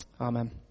Amen